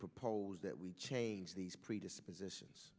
propose that we change these predispositions